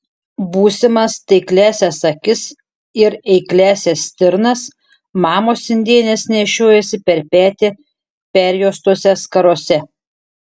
būsimas taikliąsias akis ir eikliąsias stirnas mamos indėnės nešiojosi per petį perjuostose skarose